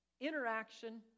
interaction